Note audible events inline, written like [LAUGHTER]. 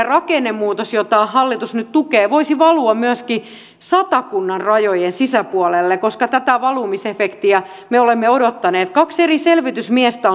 [UNINTELLIGIBLE] rakennemuutos jota hallitus nyt tukee voisi valua myöskin satakunnan rajojen sisäpuolelle koska tätä valumisefektiä me olemme odottaneet kaksi eri selvitysmiestä [UNINTELLIGIBLE]